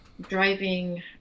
Driving